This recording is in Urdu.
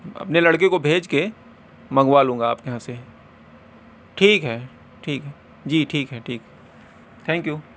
اپنے لڑکے کو بھیج کے منگوا لوں گا آپ کے یہاں سے ٹھیک ہے ٹھیک ہے جی ٹھیک ہے ٹھیک ہے تھینک یو